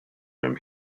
room